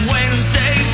Wednesday